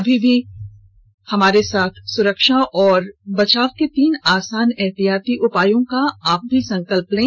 आप भी हमारे साथ सुरक्षा और बचाव के तीन आसान एहतियाती उपायों का संकल्प लें